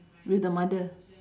with the mother